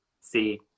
see